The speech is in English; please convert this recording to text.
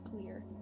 clear